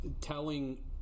telling